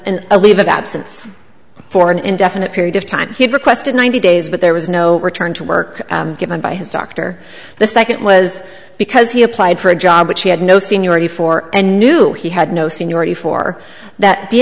a leave of absence for an indefinite period of time he had requested ninety days but there was no return to work given by his doctor the second was because he applied for a job which he had no seniority for and knew he had no seniority for that the